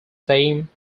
fame